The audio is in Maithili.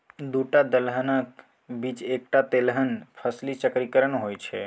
दूटा दलहनक बीच एकटा तेलहन फसली चक्रीकरण होए छै